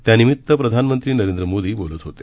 त्यानिमित्त प्रधानमंत्री नरेंद्र मोदी बोलत होते